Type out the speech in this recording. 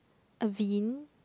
Avene